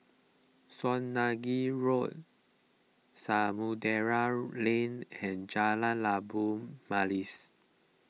Swanage Road Samudera Lane and Jalan Labu Manis